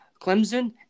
Clemson